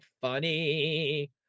funny